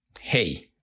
hey